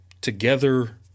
together